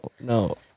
no